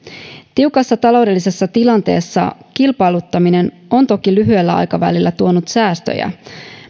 tiukassa taloudellisessa tilanteessa kilpailuttaminen on toki lyhyellä aikavälillä tuonut säästöjä